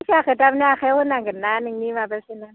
फैसाखौ थारमानि आखायाव होनांगोन ना नोंनि माबायाव सोना होनांगौ